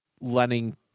letting